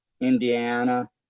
Indiana